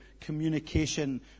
communication